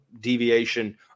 Deviation